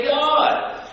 God